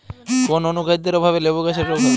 কোন অনুখাদ্যের অভাবে লেবু গাছের রোগ হয়?